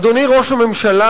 אדוני ראש הממשלה,